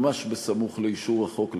ממש בסמוך לאישור החוק,